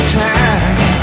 time